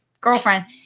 girlfriend